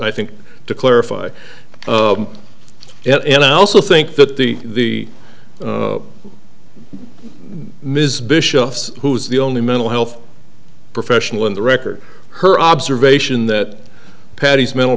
i think to clarify it and i also think that the ms bishop who's the only mental health professional in the record her observation that patty's mental